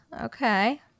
Okay